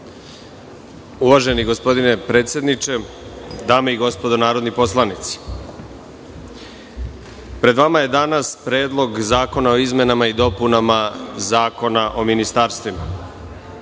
Uvaženi gospodine predsedniče, dame i gospodo narodni poslanici, pred vama je danas Predlog zakona o izmenama i dopunama Zakona o ministarstvima. Stalno